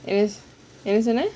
என்ன சொன்ன:enna sonna